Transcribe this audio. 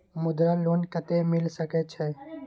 मुद्रा लोन कत्ते मिल सके छै?